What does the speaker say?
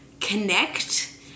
connect